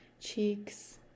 cheeks